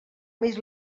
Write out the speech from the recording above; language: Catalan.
més